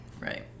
right